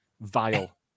Vile